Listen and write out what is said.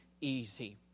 easy